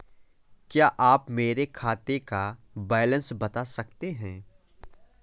क्या आप मेरे खाते का बैलेंस बता सकते हैं?